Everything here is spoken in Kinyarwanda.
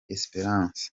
esperance